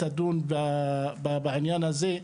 תדון בעניין הזה,